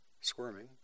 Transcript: squirming